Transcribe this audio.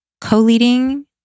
co-leading